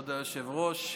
כבוד היושב-ראש,